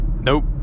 Nope